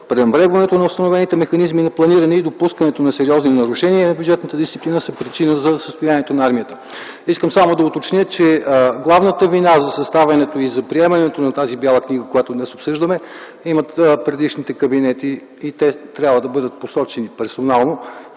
пренебрегването на основните механизми на планиране и допускането на сериозни нарушения на бюджетната дисциплина...” са причина за състоянието на армията. Искам само да уточня, че главната вина за съставянето и за приемането на тази Бяла книга, която днес обсъждаме, имат предишните кабинети и те трябва да бъдат посочени персонално.